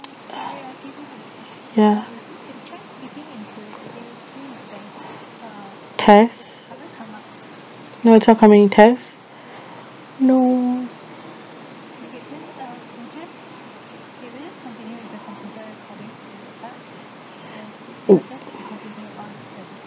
ya test no it's not coming test no